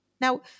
Now